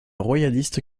royaliste